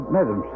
Madam